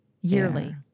yearly